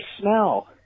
smell